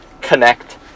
connect